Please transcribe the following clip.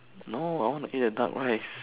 no I want to eat the duck rice